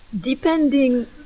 Depending